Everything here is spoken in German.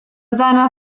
seiner